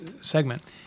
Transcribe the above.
segment